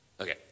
Okay